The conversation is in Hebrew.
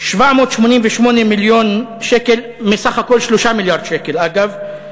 788 מיליון שקל, מסך 3 מיליארד שקל, אגב,